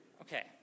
Okay